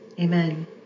Amen